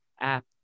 app